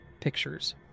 pictures